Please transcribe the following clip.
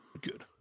good